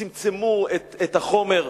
צמצמו את החומר,